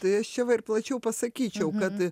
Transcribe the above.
tai aš čia va ir plačiau pasakyčiau kad